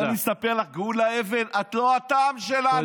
אז בואי אני אספר לך, גאולה אבן: את לא הטעם שלנו.